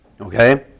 Okay